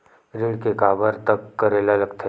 ऋण के काबर तक करेला लगथे?